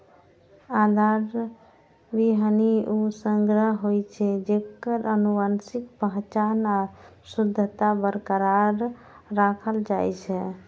आधार बीहनि ऊ संग्रह होइ छै, जेकर आनुवंशिक पहचान आ शुद्धता बरकरार राखल जाइ छै